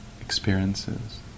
experiences